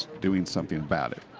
doing something about it.